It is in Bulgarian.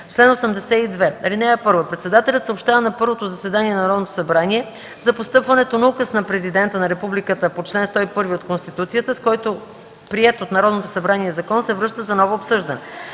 „Чл. 82. (1) Председателят съобщава на първото заседание на Народното събрание за постъпването на указ на президента на републиката по чл. 101 от Конституцията, с който приет от Народното събрание закон се връща за ново обсъждане.